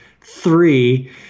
three